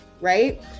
right